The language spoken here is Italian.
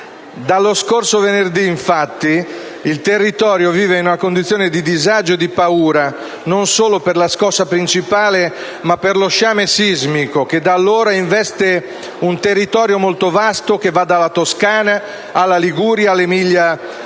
Dallo scorso venerdì, infatti, quel territorio vive in una condizione di disagio e paura non solo per la scossa principale, ma per lo sciame sismico, che da allora investe un territorio molto vasto, che va dalla Toscana alla Liguria, all'Emilia Romagna.